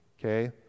okay